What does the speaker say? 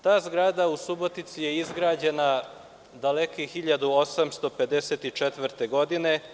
Ta zgrada u Subotici je izgrađena daleke 1854. godine.